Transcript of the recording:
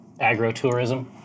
Agro-tourism